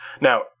Now